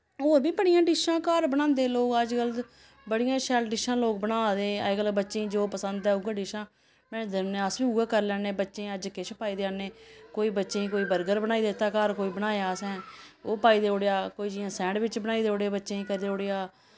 होर बी बड़ियां डिश्शां घर बनांदे लोग अज्जकल बड़ियां शैल डिश्शां लोग बना दे अज्जकल बच्चें गी जो पसंद ऐ उ'ऐ डिश्शां बनाइयै देई ओड़ने अस बी उऐ करी लैन्ने बच्चें गी अज्ज किश पाई देआ ने कोई बच्चें गी कोई बर्गर बनाई दित्ता घर कोई बनाया असें ओह् पाई देउड़ेआ कोई कोई जियां सैंडबिच बनाई देई ओड़े बच्चें गी करी ओड़ेआ